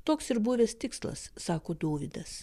toks ir buvęs tikslas sako dovydas